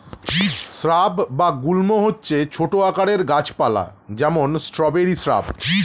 shrub বা গুল্ম হচ্ছে ছোট আকারের গাছ পালা, যেমন স্ট্রবেরি শ্রাব